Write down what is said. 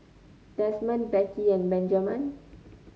Desmond Becky and Benjaman